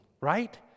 right